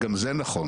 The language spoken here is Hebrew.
גם זה נכון,